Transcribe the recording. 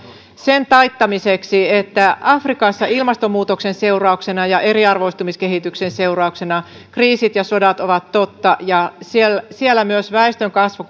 sen taittamiseksi että afrikassa ilmastonmuutoksen seurauksena ja eriarvoistumiskehityksen seurauksena kriisit ja sodat ovat totta ja kun siellä myös väestönkasvu